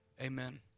Amen